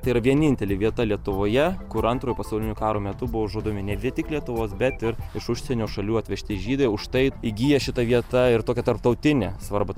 tai yra vienintelė vieta lietuvoje kur antrojo pasaulinio karo metu buvo žudomi ne vien tik lietuvos bet ir iš užsienio šalių atvežti žydai už tai įgyja šita vieta ir tokią tarptautinę svarbą